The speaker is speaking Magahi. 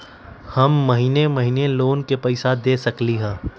हम महिने महिने लोन के पैसा दे सकली ह?